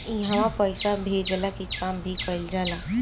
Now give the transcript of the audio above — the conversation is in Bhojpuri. इहवा पईसा भेजला के काम भी कइल जाला